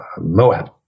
Moab